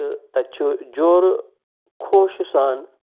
تہٕ تَتہِ چھُ جورٕ خوشہِ سان